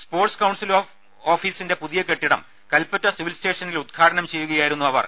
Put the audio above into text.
sports council ഓഫീസിന്റെ പുതിയ കെട്ടിടം കൽപ്പറ്റ സിവിൽസ്റ്റേഷനിൽ ഉദ്ഘാടനം ചെയ്യുകയായിരുന്നു അവർ